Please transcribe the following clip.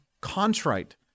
contrite